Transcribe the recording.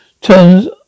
turns